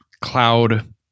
cloud